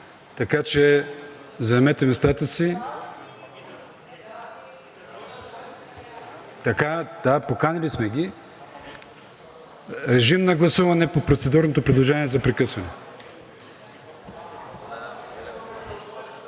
така че заемете местата си. (Шум и реплики.) Да, поканили сме ги. Режим на гласуване по процедурното предложение за прекъсване.